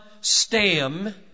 Stam